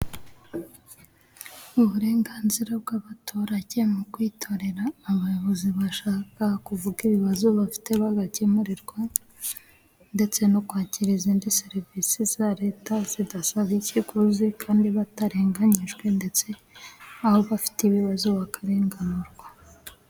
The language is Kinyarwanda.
Uburenganzira bw'abaturage ni ukwitorera abayobozi bashaka, kuvuga ibibazo bafite bagakemurirwa, ndetse no kwakira izindi serivisi za Leta zidasaba ikiguzi, kandi batarenganyijwe. Ndetse aho bafite ibibazo bakarenganurwa.